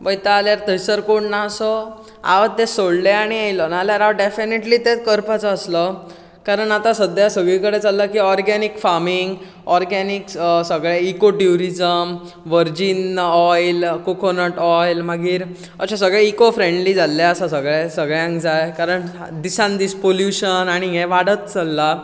पळयता जाल्यार थंयसर कोण ना असो हांव थंय सोडून येयलो नाजाल्यार हांव डॅफीनेटली थंय करपाचो आसलो कारण आता सद्या सगळी कडेन चल्लां की ऑर्गेनीक फार्मींग ऑर्गेनीक सगळें इकोट्युरीजमस वरजीन ऑयल कोकोनट ऑयल मागीर अशें सगळें इको फ्रेंडली जाल्लें आसा सगळें सगळ्यांक जाय कित्याक दिसान दीस पोल्यूशन आनी हें वाडत चल्लां